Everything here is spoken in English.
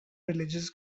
religious